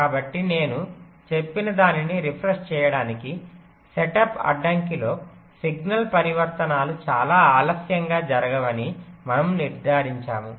కాబట్టి నేను చెప్పినదానిని రిఫ్రెష్ చేయడానికి సెటప్ అడ్డంకిలో సిగ్నల్ పరివర్తనాలు చాలా ఆలస్యంగా జరగవని మనము నిర్ధారించాము